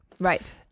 Right